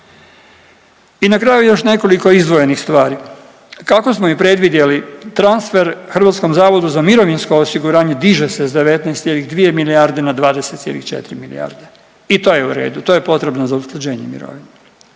I na kraju još nekoliko izdvojenih stvari, kako smo i predvidjeli transfer HZMO diže se s 19,2 milijarde na 20,4 milijarde i to je u redu, to je potrebno za usklađenje mirovina.